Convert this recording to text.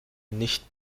nicht